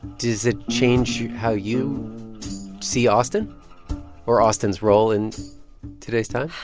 does it change how you see austen or austen's role in today's time?